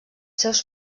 seus